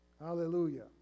Hallelujah